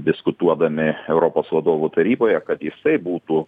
diskutuodami europos vadovų taryboje kad jisai būtų